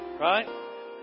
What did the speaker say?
Right